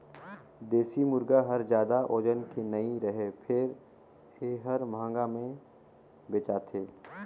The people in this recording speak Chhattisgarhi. देसी मुरगा हर जादा ओजन के नइ रहें फेर ए हर महंगा में बेचाथे